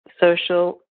social